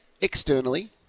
externally